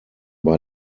bei